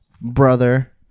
brother